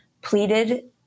pleaded